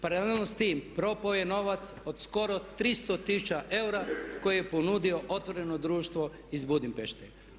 Paralelno s tim propao je novac od skoro 300 tisuća eura koje je ponudilo otvoreno društvo iz Budimpešte.